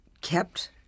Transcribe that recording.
kept